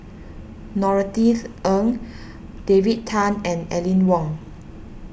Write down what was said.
Norothy's Ng David Tham and Aline Wong